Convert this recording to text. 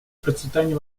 процветания